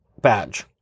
badge